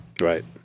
Right